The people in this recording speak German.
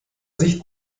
sich